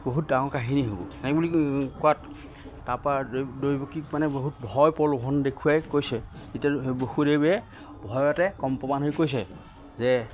বহুত ডাঙৰ কাহিনী হ'ব নাই বুলি কোৱাত তাৰপা দৈৱকীক মানে বহুত ভয় প্ৰলোভন দেখুৱাই কৈছে এতিয়া বসুদেৱে ভয়তে কম্পমান হৈ কৈছে যে